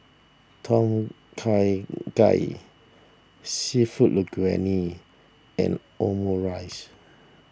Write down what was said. Tom Kha Gai Seafood Linguine and Omurice